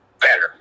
better